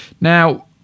Now